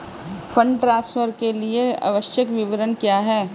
Fund transfer के लिए आवश्यक विवरण क्या हैं?